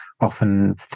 often